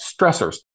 stressors